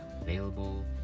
available